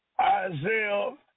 Isaiah